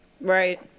Right